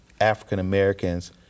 African-Americans